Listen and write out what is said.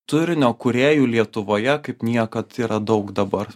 turinio kūrėjų lietuvoje kaip niekad yra daug dabar